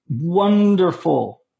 wonderful